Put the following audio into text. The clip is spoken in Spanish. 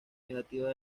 negativas